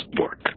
work